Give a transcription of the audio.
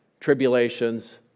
tribulations